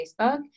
Facebook